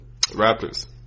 Raptors